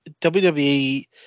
WWE